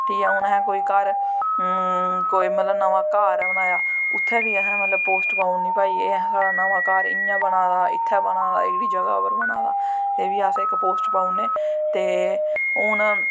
ठीक ऐ हून असैं कोई घर कोई मतलव नमां घर बनाया उत्थैं बी असैं पोस्ट पाई ओड़नी भाई एह् असैं साढ़ा नमां घर इयां बना दा इत्थें बना दा एह्कड़ी जगह पर बना दा एह्बी अस इक पोस्ट पाई ओड़ने ते हून